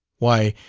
why,